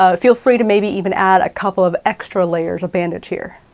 ah feel free to maybe even add a couple of extra layers of bandage here.